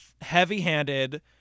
Heavy-handed